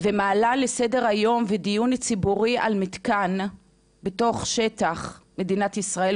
ומעלה לסדר היום ולדיון ציבורי מתקן שנמצא בתוך שטח של מדינת ישראל,